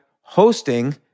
hosting